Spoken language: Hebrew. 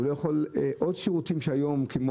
הוא לא יכול עוד שירותים כמו